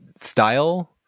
style